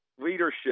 leadership